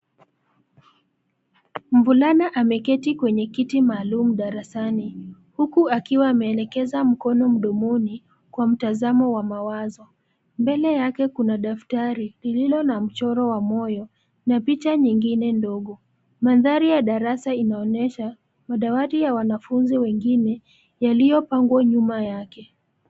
Mvulana ameketi kwenye kiti maalum darasani huku akiwa ameelekeza mkono mdomoni kwa mtazamo wa mawazo. Mbele yake kuna daftari lililo na mchoro wa moyo na picha nyingine ndogo. Mandhari ya darasa inaonyesha madawati ya wanafunzi wengine yaliyopangwa nyuma yake.